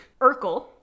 urkel